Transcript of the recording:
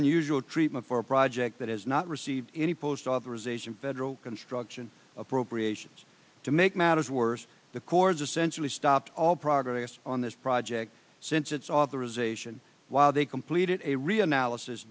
unusual treatment for a project that has not received any post authorization federal construction appropriations to make matters worse the corps essentially stopped all progress on this project since its authorization while they completed a re analysis